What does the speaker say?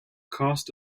cost